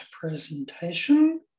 presentation